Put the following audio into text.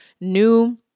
new